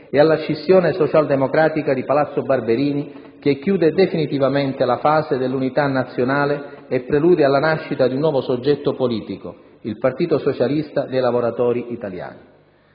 e alla scissione socialdemocratica di palazzo Barberini, che chiude definitivamente la fase dell'unità nazionale e prelude alla nascita di un nuovo soggetto politico: il Partito socialista dei lavoratori italiani.